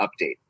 update